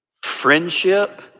Friendship